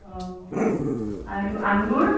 অ' আৰু আংগুৰ